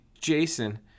Jason